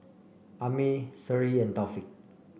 Ammir Seri and Taufik